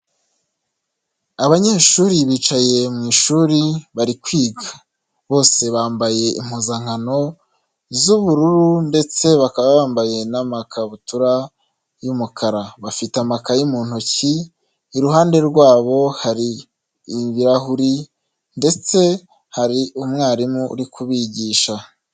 Abanyeshuri bicaye mu ishuri bari kwiga, bose bambaye impuzankano z'ubururu ndetse bakaba bambaye n'amakabutura y'umukara, bafite amakayi mu ntoki, iruhande rwabo hari ibirahuri ndetse hari umwarimu uri kubigisha.